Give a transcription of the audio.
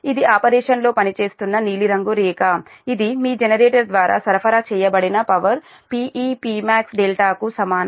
ఇది ఆపరేషన్ లో పనిచేస్తున్న నీలిరంగు రేఖ ఇది ఇది మీ జనరేటర్ ద్వారా సరఫరా చేయబడిన పవర్ Pe Pmax కు సమానం 0